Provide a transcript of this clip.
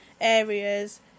areas